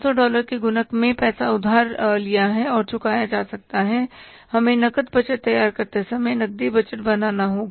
500 dollar के गुणक में पैसा उधार लिया और चुकाया जा सकता है हमें नकद बजट तैयार करते समय नकदी बजट बनाना होगा